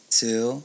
two